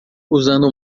usando